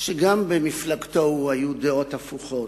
שגם במפלגתו הוא היו דעות הפוכות,